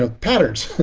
ah patterns,